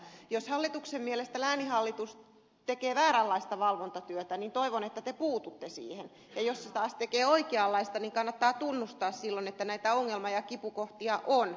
jos hallituksen mielestä lääninhallitus tekee vääränlaista valvontatyötä niin toivon että te puututte siihen ja jos se taas tekee oikeanlaista niin kannattaa tunnustaa silloin että näitä ongelma ja kipukohtia on